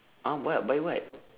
!huh! what buy what